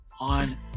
on